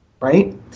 right